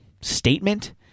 statement